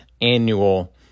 annual